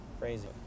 crazy